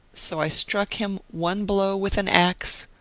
so i struck him one blow with an axe,